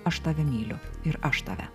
aš tave myliu ir aš tave